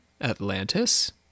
Atlantis